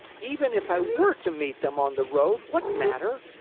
even if i were to meet them on the road, what matter?